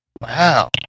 Wow